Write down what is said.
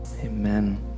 Amen